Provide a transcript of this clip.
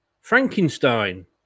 Frankenstein